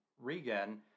Regan